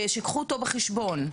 שייקחו אותו בחשבון?